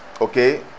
okay